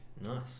Nice